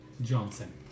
Johnson